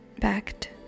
Backed